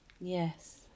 yes